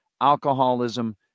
alcoholism